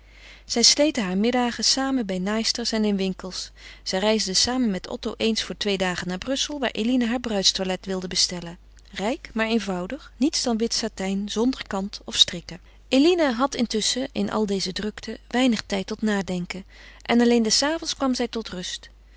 zij sleten haar middagen samen bij naaisters en in winkels zij reisden samen met otto eens voor twee dagen naar brussel waar eline haar bruidstoilet wilde bestellen rijk maar eenvoudig niets dan wit satijn zonder kant of strikken eline had intusschen in al deze drukte weinig tijd tot nadenken en alleen des avonds kwam zij tot rust